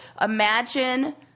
Imagine